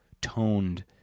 toned